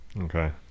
Okay